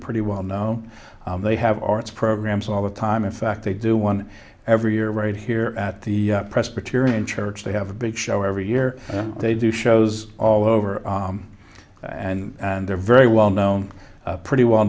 pretty well know they have arts programs all the time in fact they do one every year right here at the presbyterian church they have a big show every year they do shows all over and they're very well known pretty well